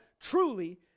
truly